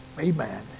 Amen